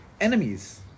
enemies